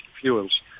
fuels